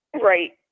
Right